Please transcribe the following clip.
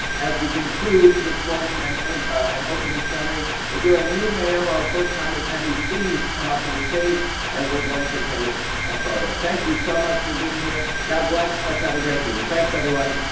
as we conclude this morning and and opening plenary, if you're a new mayor or a first-time attendee, please come up to the stage as we're going to take a photo. thank you so much for being here. god bless, let's have a great meeting. thanks everyone.